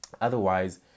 Otherwise